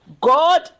God